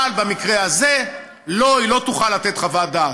אבל במקרה הזה, לא, היא לא תוכל לתת חוות דעת.